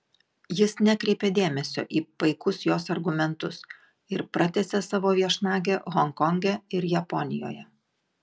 jis nekreipė dėmesio į paikus jos argumentus ir pratęsė savo viešnagę honkonge ir japonijoje